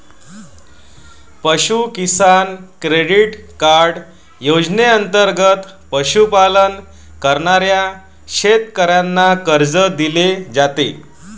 पशु किसान credit card योजनेंतर्गत पशुपालन करणाऱ्या शेतकऱ्यांना कर्ज दिले जाते